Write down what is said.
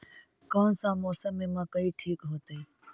कौन मौसम में मकई ठिक होतइ?